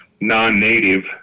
non-native